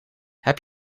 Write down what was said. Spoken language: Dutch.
heb